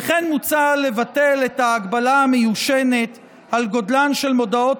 וכן מוצע לבטל את ההגבלה המיושנת על גודלן של מודעות